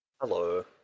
Hello